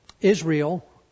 Israel